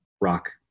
rock